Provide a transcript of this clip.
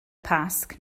pasg